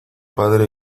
padre